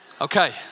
Okay